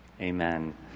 Amen